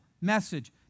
message